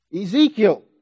Ezekiel